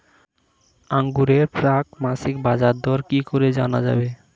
আঙ্গুরের প্রাক মাসিক বাজারদর কি করে জানা যাবে?